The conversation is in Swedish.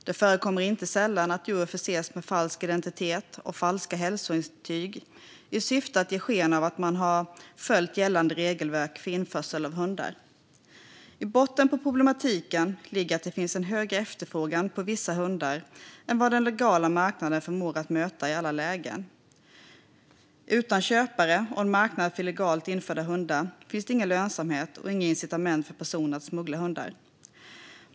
Det förekommer inte sällan att djur förses med falsk identitet och falska hälsointyg i syfte att ge sken av att man har följt gällande regelverk för införsel av hundar. I botten på problematiken ligger att det finns en högre efterfrågan på vissa hundar än vad den legala marknaden förmår att möta i alla lägen. Utan köpare och en marknad för illegalt införda hundar finns det ingen lönsamhet och inga incitament för personer att smuggla hundar.